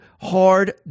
hard